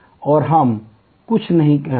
हम कुछ नहीं करते